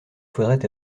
faudrait